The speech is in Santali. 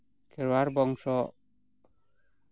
ᱠᱷᱮᱨᱣᱟᱲ ᱵᱚᱝᱥᱚ